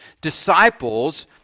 Disciples